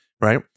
right